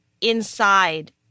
inside